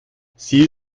sie